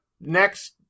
next